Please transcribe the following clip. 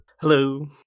Hello